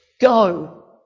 Go